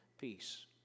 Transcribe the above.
peace